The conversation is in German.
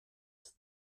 ist